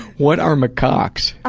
what are macaques?